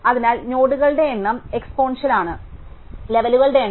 അതിനാൽ നോഡുകളുടെ എണ്ണം എക്സ്പോണൻഷ്യൽ ആണ് ലെവലുകളുടെ എണ്ണം